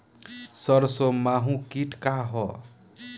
सरसो माहु किट का ह?